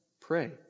Pray